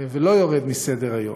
ולא יורד מסדר-היום.